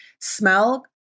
smell